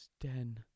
den